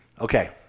Okay